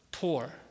poor